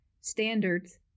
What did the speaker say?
standards